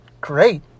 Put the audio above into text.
great